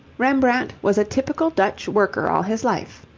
rembrandt was a typical dutch worker all his life.